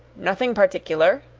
nothing particular,